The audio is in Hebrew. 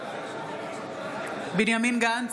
בנימין גנץ,